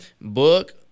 book